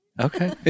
Okay